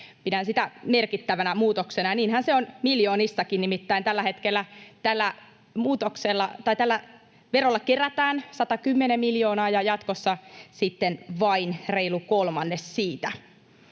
Pidän sitä merkittävänä muutoksena, ja niinhän se on miljoonistakin, nimittäin tällä hetkellä tällä verolla kerätään 110 miljoonaa ja jatkossa sitten vain reilu kolmannes siitä.